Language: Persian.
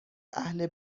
اهل